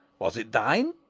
was it thine,